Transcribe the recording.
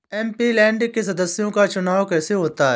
MP land के सदस्यों का चुनाव कैसे होता है?